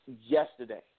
yesterday